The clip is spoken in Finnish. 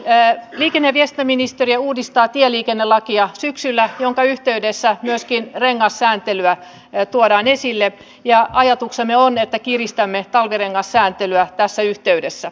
liikenne ja viestintäministeriö uudistaa tieliikennelakia syksyllä minkä yhteydessä myöskin rengassääntelyä tuodaan esille ja ajatuksemme on että kiristämme talvirengassääntelyä tässä yhteydessä